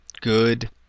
good